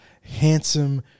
handsome